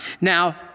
Now